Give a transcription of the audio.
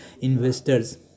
investors